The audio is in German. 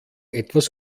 etwas